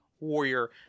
warrior